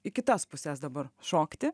į kitas puses dabar šokti